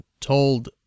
told